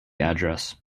address